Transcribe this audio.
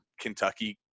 Kentucky